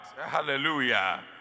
Hallelujah